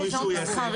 עם רישוי עסק,